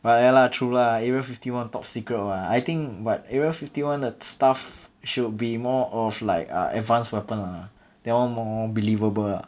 but ya lah true lah area fifty one top secret [what] I think but area fifty one the staff should be more of like uh advanced weapon lah that [one] more believable lah